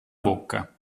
bocca